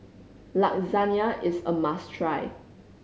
lasagne is a must try